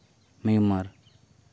Myanmar